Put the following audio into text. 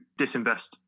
disinvest